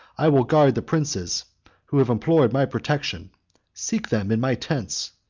i will guard the princes who have implored my protection seek them in my tents.